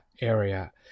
area